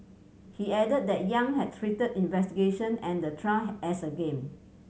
he added that Yang had treated investigation and the trial as a game